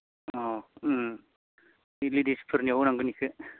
अ बे लेदिसफोरनियाव होनांगोन बेखौ